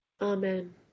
Amen